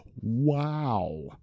Wow